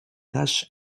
tache